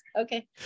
okay